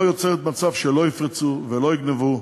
אבל היא לא יוצרת מצב שלא יפרצו ולא יגנבו,